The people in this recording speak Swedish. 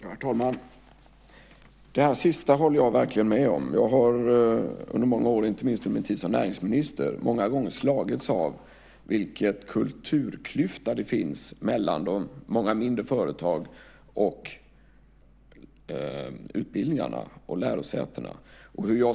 Herr talman! Det sista håller jag verkligen med om. Under många år, inte minst under min tid som näringsminister, har jag många gånger slagits av vilken kulturklyfta det finns mellan många mindre företag och de högre utbildningarna och lärosätena.